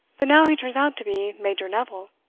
but now he turns out to be major neville.